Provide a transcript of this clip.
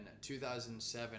2007